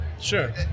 Sure